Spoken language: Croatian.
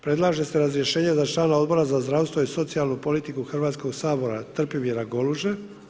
Predlaže se razrješenje za članove Odbora za zdravstvo i socijalnu politiku Hrvatskog sabora Trpimira Goluže.